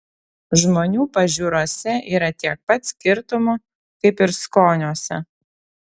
žmonių pažiūrose yra tiek pat skirtumų kaip ir skoniuose